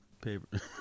paper